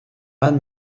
anne